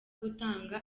gutanga